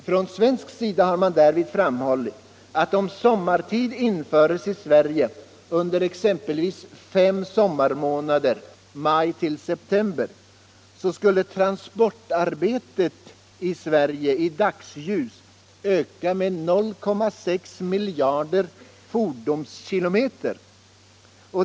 Från svensk sida har därvid framhållits att om sommartid införs i Sverige under exempelvis fem sommarmånader, maj-september, skulle transportarbetet i dagsljus i Sverige öka med 0,6 miljarder fordonskilometer.